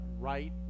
right